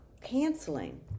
canceling